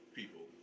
people